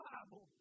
Bible